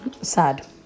sad